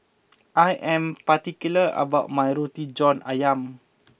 I am particular about my Roti John Ayam